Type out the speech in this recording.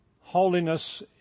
holiness